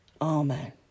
Amen